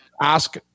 ask